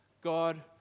God